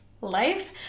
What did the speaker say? life